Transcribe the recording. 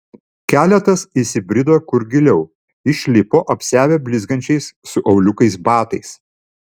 keletas įsibrido kur giliau išlipo apsiavę blizgančiais su auliukais batais